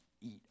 eat